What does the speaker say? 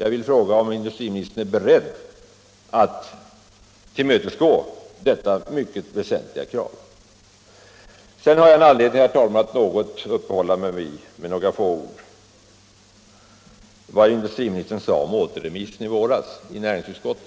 Jag vill fråga om industriministern är beredd att tillmötesgå detta mycket väsentliga krav. Sedan har jag, herr talman, anledning att med några få ord uppehålla mig vid vad industriministern sade om återremissen i våras till näringsutskottet.